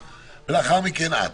ולאחר מכן את.